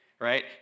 right